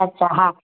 अछा हा